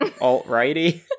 alt-righty